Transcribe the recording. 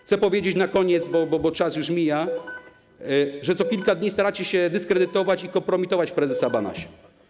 Chcę powiedzieć na koniec, bo czas już mija, że co kilka dni staracie się dyskredytować i kompromitować prezesa Banasia.